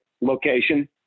location